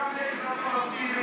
גם נגד הפלסטינים,